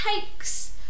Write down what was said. takes